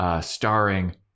Starring